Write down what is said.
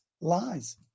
lies